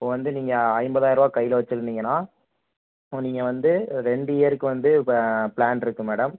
இப்போ வந்து நீங்கள் ஐம்பதாயிர்ரூபா கையில் வெச்சிருந்தீங்கனா இப்போ நீங்கள் வந்து ரெண்டு இயருக்கு வந்து இப்போ பிளான் இருக்குது மேடம்